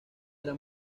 era